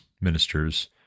ministers